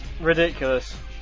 ridiculous